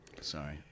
Sorry